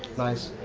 nice.